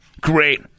Great